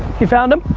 you found em?